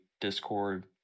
discord